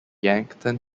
yankton